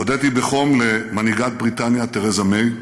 הודיתי בחום למנהיגת בריטניה תרזה מיי.